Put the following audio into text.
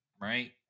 right